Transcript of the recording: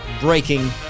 breaking